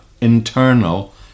internal